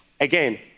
Again